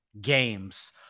games